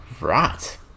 Right